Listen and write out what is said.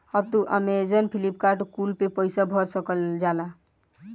अब तू अमेजैन, फ्लिपकार्ट कुल पे पईसा भर सकल जाला